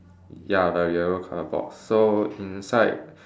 ya the yellow box so inside